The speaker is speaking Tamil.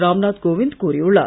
ராம் நாத் கோவிந்த் கூறியுள்ளார்